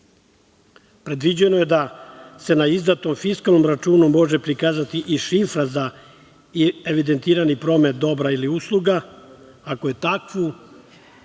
broj. Predviđeno je da se na izdatom fiskalnom računu može prikazati i šifra za evidentirani promet dobra ili usluga, ako je kao